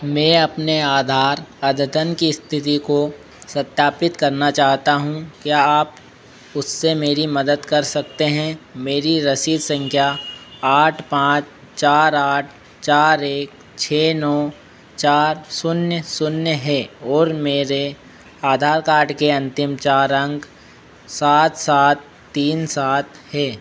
मे अपने आधार अद्यतम की स्थिति को सत्यापित करना चाहता हूँ क्या आप उससे मेरी मदद कर सकते हैं मेरी रसीद संख्या आठ पाँच चार आठ चार एक छः नौ चार शून्य शून्य है और मेरे आधार कार्ड के अंतिम चार अंक सात सात तीन सात है